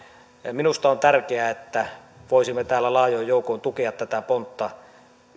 minusta on tärkeää että voisimme täällä laajoin joukoin tukea tätä pontta